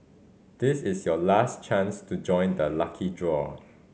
this is your last chance to join the lucky draw